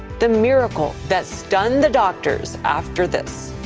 the miracle that stunned the doctors after this.